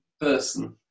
person